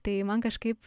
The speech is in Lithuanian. tai man kažkaip